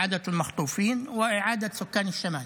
החזרת החטופים והחזרת תושבי הצפון.)